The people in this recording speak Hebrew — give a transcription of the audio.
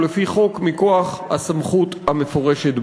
ולפי חוק מכוח הסמכות המפורשת בו.